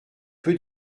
peu